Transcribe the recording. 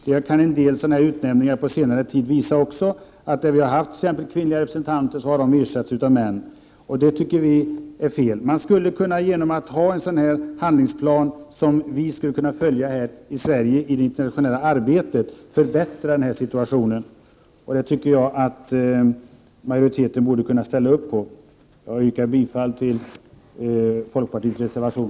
En del utnämningar på senare tid har inneburit att där vi haft kvinnliga representanter har dessa nu ersatts med män. Det tycker vi är fel. Genom att här i Sverige ha en handlingsplan att följa för det internationella arbetet skulle vi kunna förbättra den rådande situationen. Det tycker jag att utskottsmajoriteten borde kunna ställa sig bakom. Jag yrkar bifall till folkpartiets reservation.